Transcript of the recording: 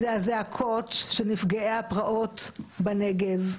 אלה הזעקות של נפגעי הפרעות בנגב,